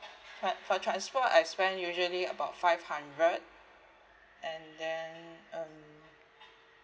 tran~ for transport I spend usually about five hundred and then um